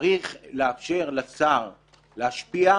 צריך לאפשר לשר להשפיע,